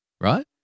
right